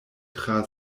tra